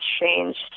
changed